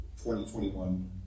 2021